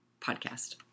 podcast